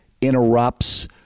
interrupts